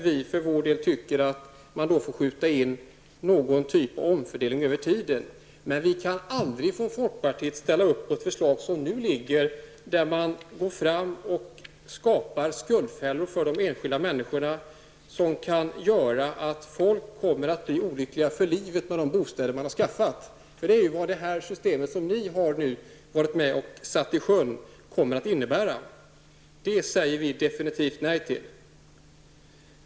Vi för vår del tycker att man får införa någon typ av fördelning över tiden, men ni kan aldrig få folkpartiet att ställa upp på ett sådant förslag som nu föreligger, där man skapar skuldfällor för enskilda människorna som kan göra att folk blir olyckliga för livet för de bostäder som de skaffat. För det är vad det system som ni vill sätta i sjön kommer att innebära. Det säger vi definitivt nej till.